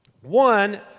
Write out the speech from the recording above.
One